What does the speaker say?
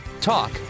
Talk